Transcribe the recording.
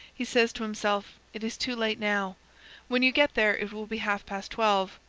he says to himself, it is too late now when you get there it will be half-past twelve.